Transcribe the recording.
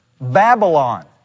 Babylon